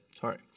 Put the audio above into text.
Sorry